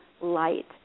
light